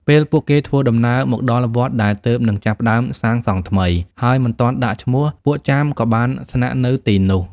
ពេលពួកគេធ្វើដំណើរមកដល់វត្តដែលទើបនឹងចាប់ផ្ដើមសាងសង់ថ្មី ហើយមិនទាន់ដាក់ឈ្មោះ ពួកចាមក៏បានស្នាក់នៅទីនោះ។